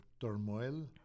turmoil